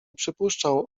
przypuszczał